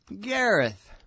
Gareth